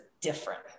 different